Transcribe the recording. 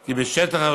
כי בשטח,